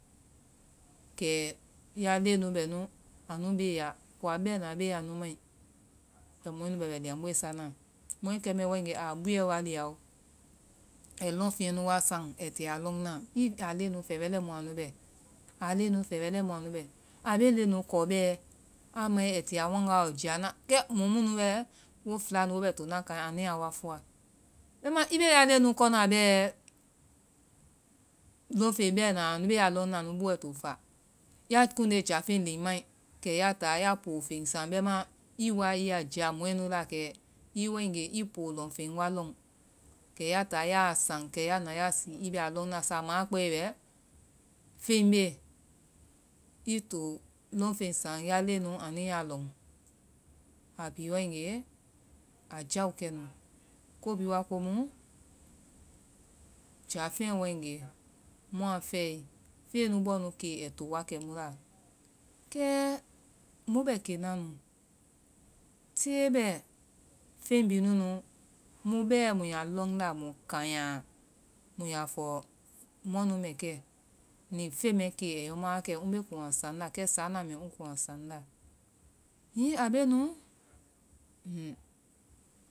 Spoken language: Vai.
Kɛ ya leŋɛ nu bɛ nu, anui bee ya, kowa bɛna bee anu mai, kɛ mɔɛ bɛ wɛ liamoe sana, mɔɛ kɛ mɛɛ waegee aa buɛwa lia oo, ɛi lɔŋfeŋɛ nu wa saŋ ɛi tia lɔŋ na. I a leŋɛ nu fɛɛ wɛ lɛi mu anu bɛ, a leŋɛ nu fɛɛ wɛ lɛimu anu bɛ, a bee leŋɛ nu kɔ bɛɛ, a mae ai ti a waŋga lɔ jia na, kɛ mɔ mu bɛɛ wo fɛla nu bɛna laŋɛ ani ya wa fɔa. bɛma i bee ya leŋɛ kona bɛɛ, leŋfeŋ bɛna anu bee a leŋna anu bui to fa, ya kuŋnde jafeŋ léŋ mai kɛ ya taa i poo feŋɛ bɛmaa i waa i yaa jia mɔɛ nu la kɛ i waegee i poo lɔŋfeŋ wa lɔŋ, kɛ ya na sii i bɛ a lɔŋna, saama a kpɛe wɛ feŋ beei to feŋ saŋ ya leŋɛ nu ya lɔŋ, a bhii waegee a jao kɛnu, ko bhii waa komu, jafeŋɛ waegee muã fɛe, feŋɛ nu bɔɔ kee ai to wakɛ mu la, kɛɛ mu bɛ kena nu, tée bɛ feŋ bhii nunu mu bɛɛ mu ya lɔŋnda mui kanya a la, mu ya fɔ muã nu mɛ kɛ ni feŋ mɛɛ kee i mu ma wakɛ mu bee kuŋ a saŋnda kɛ saana mɛɛ mu kuŋ a saŋnda, hiŋi a bee nu